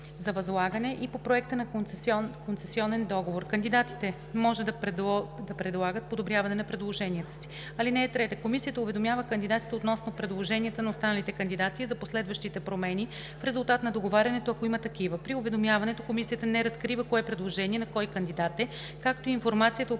за възлагане и по проекта на концесионен договор. Кандидатите може да предлагат подобряване на предложенията си. (3) Комисията уведомява кандидатите относно предложенията на останалите кандидати и за последващите промени в резултат от договарянето, ако има такива. При уведомяването комисията не разкрива кое предложение на кой кандидат е, както и информацията,